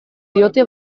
diote